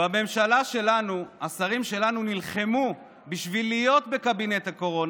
בממשלה שלנו השרים שלנו נלחמו בשביל להיות בקבינט הקורונה,